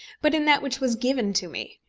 but in that which was given to me.